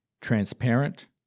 transparent